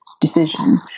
decision